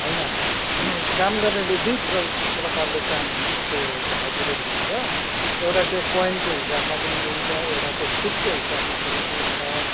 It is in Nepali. होइन काम गर्नेले दुई प्र प्रकारले कामको हाजिरा लिन्छ एउटा चाहिँ पोइन्टको हिसाबमा पनि लिन्छ एउटा चाहिँ फुटको हिसाबमा पनि लिन्छ